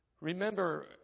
Remember